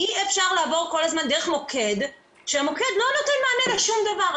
אי אפשר לעבור כל הזמן דרך מוקד שלא נותן מענה לשום דבר.